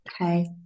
Okay